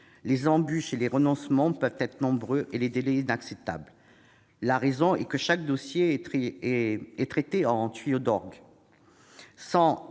les embuches et les renoncements peuvent être nombreux et les délais inacceptables. Cela s'explique par le fait que chaque dossier est traité en « tuyau d'orgue